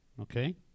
Okay